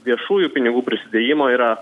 viešųjų pinigų prisidėjimo yra